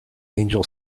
angel